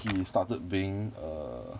he is started being err